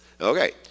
Okay